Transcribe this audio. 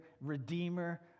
Redeemer